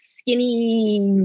skinny